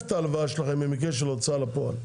את ההלוואה שלכם במקרה של הוצאה לפועל.